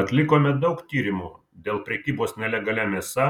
atlikome daug tyrimų dėl prekybos nelegalia mėsa